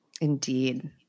Indeed